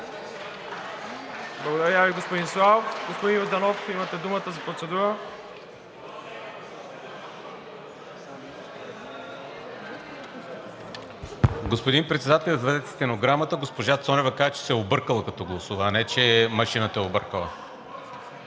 Благодаря Ви, господин Славов. Господин Йорданов, имате думата за процедура. ТОШКО ЙОРДАНОВ (ИТН): Господин Председател, извадете стенограмата. Госпожа Цонева каза, че се е объркала, като гласува, а не че машината е объркала.